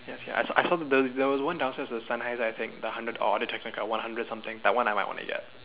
ya sia I saw I saw there there was one downstairs was Sennheiser i think the hundred audio technica one hundred I think that one I might want to get